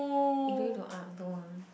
you don't need to up don't want